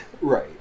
Right